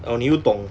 orh 你又懂